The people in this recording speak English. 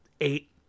eight